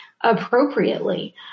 appropriately